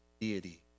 deity